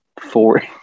four